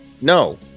No